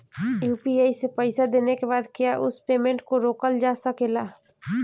UPI से पईसा देने के बाद क्या उस पेमेंट को रोकल जा सकेला?